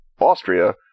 Austria